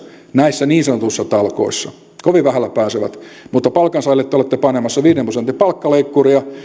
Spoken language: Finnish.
näissä niin sanotuissa talkoissa kovin vähällä pääsevät mutta palkansaajille te olette panemassa viiden prosentin palkkaleikkuria